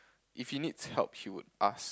if he needs help he would ask